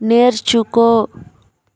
నేర్చుకో